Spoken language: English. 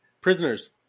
Prisoners